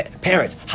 Parents